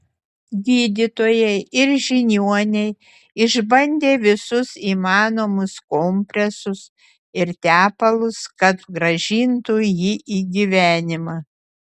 gydytojai ir žiniuoniai išbandė visus įmanomus kompresus ir tepalus kad grąžintų jį į gyvenimą